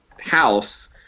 house